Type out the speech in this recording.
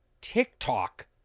TikTok